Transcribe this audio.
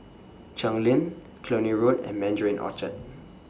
Cheng Lim Cluny Road and Mandarin Orchard